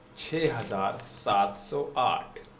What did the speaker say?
چھ ہزرا سات سو آٹھ